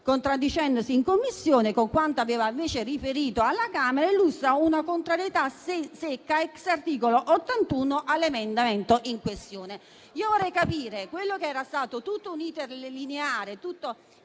contraddicendosi in Commissione con quanto aveva invece riferito alla Camera, esprime una contrarietà secca *ex* articolo 81 all'emendamento in questione. Io vorrei capire rispetto ad un *iter* lineare, con